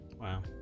Wow